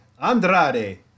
Andrade